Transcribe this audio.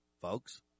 folks